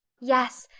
yes,